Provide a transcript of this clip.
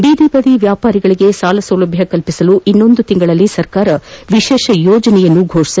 ಬೀದಿಬದಿ ವ್ಯಾಪಾರಿಗಳಿಗೆ ಸಾಲಸೌಲಭ್ಯ ಕಲ್ಪಿಸಲು ಇನ್ನೊಂದು ತಿಂಗಳಲ್ಲಿ ಸರ್ಕಾರ ವಿಶೇಷ ಯೋಜನೆ ಫೋಷನ